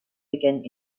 weekend